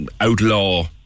outlaw